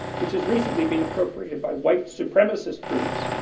which has recently been appropriated by white supremacist groups.